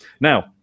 Now